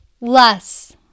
less